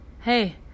Hey